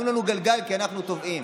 תנו לנו גלגל כי אנחנו טובעים.